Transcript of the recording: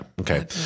Okay